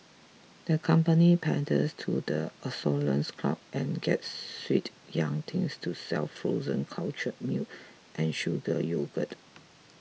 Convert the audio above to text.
the company panders to the adolescents crowd and gets sweet young things to sell frozen cultured milk and sugar yogurt